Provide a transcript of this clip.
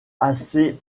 assez